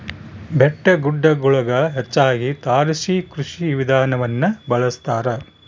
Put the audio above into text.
ಬೆಟ್ಟಗುಡ್ಡಗುಳಗ ಹೆಚ್ಚಾಗಿ ತಾರಸಿ ಕೃಷಿ ವಿಧಾನವನ್ನ ಬಳಸತಾರ